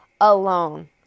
alone